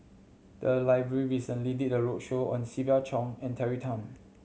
the library recently did a roadshow on Siva Choy and Terry Tan